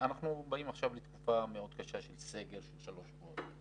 אנחנו באים עכשיו לתקופה מאוד קשה של סגר של שלושה שבועות.